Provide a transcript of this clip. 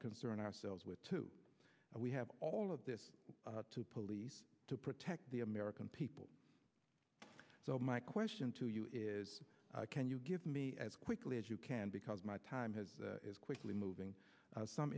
to concern ourselves with too and we have all of this to police to protect the american people so my question to you is can you give me as quickly as you can because my time has is quickly moving some